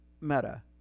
meta